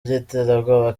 by’iterabwoba